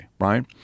right